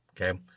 Okay